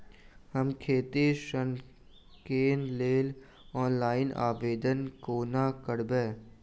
हम खेती ऋण केँ लेल ऑनलाइन आवेदन कोना करबै?